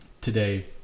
today